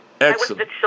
Excellent